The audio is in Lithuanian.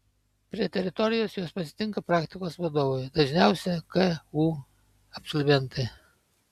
prie teritorijos juos pasitinka praktikos vadovai dažniausiai ku absolventai